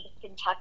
Kentucky